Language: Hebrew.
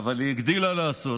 אבל היא הגדילה לעשות